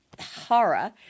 horror